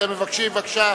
בבקשה.